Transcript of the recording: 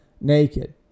naked